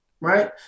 right